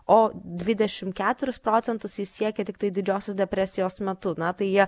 o dvidešim keturis procentus jis siekė tiktai didžiosios depresijos metu na tai jie